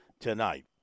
tonight